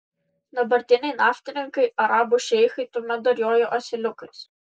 dabartiniai naftininkai arabų šeichai tuomet dar jojo asiliukais